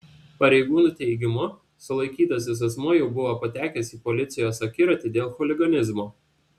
pareigūnų teigimu sulaikytasis asmuo jau buvo patekęs į policijos akiratį dėl chuliganizmo